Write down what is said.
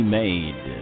made